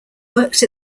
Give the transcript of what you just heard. worked